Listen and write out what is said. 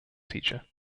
teacher